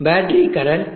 battery current